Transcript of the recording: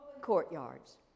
courtyards